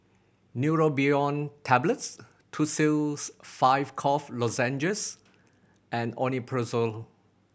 Neurobion Tablets Tussils Five Cough Lozenges and Omeprazole